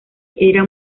era